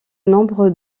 nombre